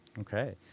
Okay